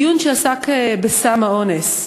דיון שעסק בסם האונס.